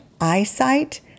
eyesight